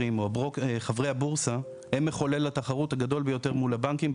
חברי הבורסה הם מחולל התחרות הגדול ביותר מול הבנקים,